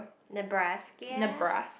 Nebraska